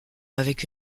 avec